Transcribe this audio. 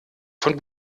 von